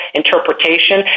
interpretation